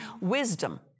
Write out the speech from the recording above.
wisdom